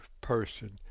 person